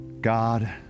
God